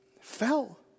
fell